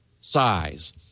size